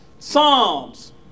Psalms